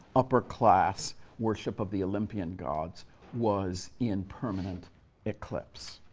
upper-class worship of the olympian gods was in permanent eclipse.